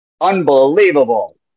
unbelievable